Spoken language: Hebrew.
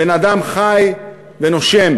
בן-אדם חי ונושם.